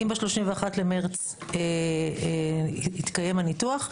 אם ב-31 במרץ התקיים הניתוח,